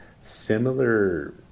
similar